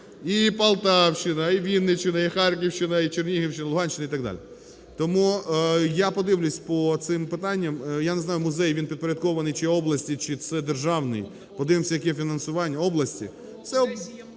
І Полтавщина, і Вінниччина, і Харківщина, і Чернігівщина, і Луганщина і так далі. Тому я подивлюся по цим питанням. Я не знаю, музей він підпорядкований чи області, чи це державний, подивимося, яке фінансування області.